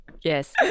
Yes